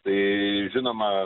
tai žinoma